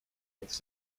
makes